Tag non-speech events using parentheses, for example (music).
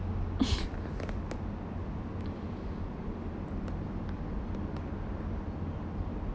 (laughs)